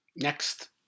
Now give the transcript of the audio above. Next